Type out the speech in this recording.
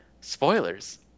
Spoilers